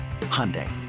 Hyundai